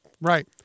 right